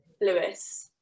Lewis